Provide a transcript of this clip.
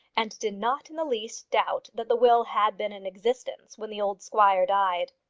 and did not in the least doubt that the will had been in existence when the old squire died.